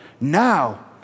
Now